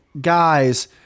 guys